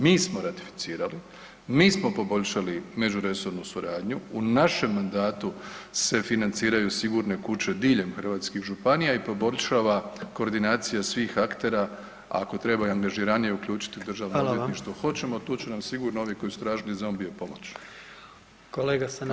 Mi smo ratificirali, mi smo poboljšali međuresornu suradnju, u našem mandatu se financiraju sigurne kuće diljem hrvatskih županija i poboljšava koordinacija svih aktera, a ako treba i angažiranije uključiti državno odvjetništvo, hoćemo tu će nam sigurno [[Upadica: Hvala vam.]] ovi koji su tražili zombije pomoći, a možete i vi.